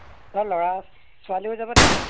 ল'ৰা ছোৱালীও যাব নেকি